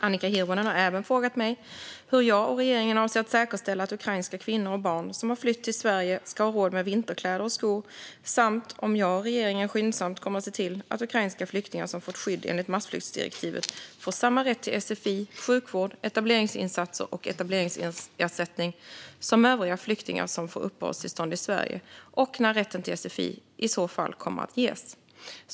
Annika Hirvonen har även frågat mig hur jag och regeringen avser att säkerställa att ukrainska kvinnor och barn som har flytt till Sverige ska ha råd med vinterkläder och skor, samt om jag och regeringen skyndsamt kommer att se till att ukrainska flyktingar som har fått skydd enligt massflyktsdirektivet får samma rätt till sfi, sjukvård, etableringsinsatser och etableringsersättning som övriga flyktingar som får uppehållstillstånd i Sverige och när rätten till sfi i så fall kommer att ges.